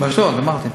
באשדוד, אמרתי.